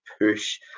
push